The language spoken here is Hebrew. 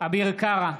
אביר קארה,